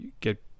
get